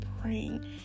praying